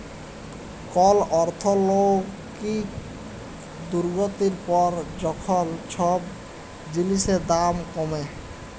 call অর্থলৈতিক দুর্গতির পর যখল ছব জিলিসের দাম কমে